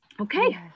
Okay